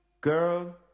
Girl